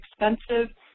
expensive